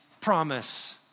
promise